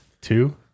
Two